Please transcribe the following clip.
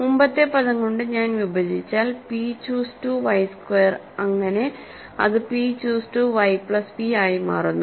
മുമ്പത്തെ പദം കൊണ്ട് ഞാൻ വിഭജിച്ചാൽ p ചൂസ് 2 y സ്ക്വയർ അങ്ങനെ അത് p choose two y plus p ആയി മാറുന്നു